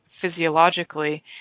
physiologically